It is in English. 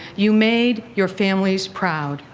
you made your families proud.